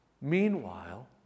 Meanwhile